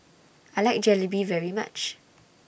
I like Jalebi very much